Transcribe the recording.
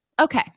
okay